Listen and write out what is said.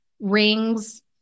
rings